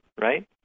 right